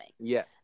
Yes